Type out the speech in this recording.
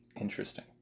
Interesting